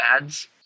ads